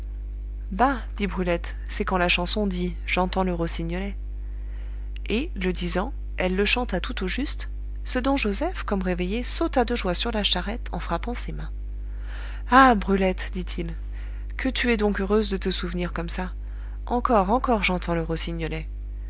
bah dit brulette c'est quand la chanson dit j'entends le rossignolet et le disant elle le chanta tout au juste ce dont joseph comme réveillé sauta de joie sur la charrette en frappant ses mains ah brulette dit-il que tu es donc heureuse de te souvenir comme ça encore encore j'entends le rossignolet